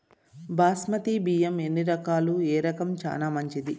బాస్మతి బియ్యం ఎన్ని రకాలు, ఏ రకం చానా మంచిది?